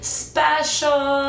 special